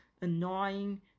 annoying